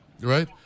right